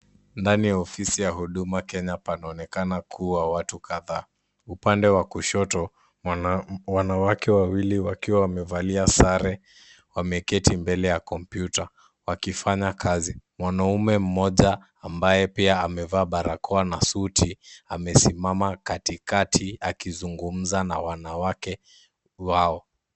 Ndani ya ofisi ya Huduma Kenya panaonekana kuwa watu kadhaa upande wa kushoto wanawake wawili wakiwa wamevalia sare wameketi mbele ya kompyuta wakifanya kazi mwanaume mmoja ambaye pia amevaa barakoa na suti amesimama katikati akizungumza na wanawake hao.